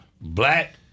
black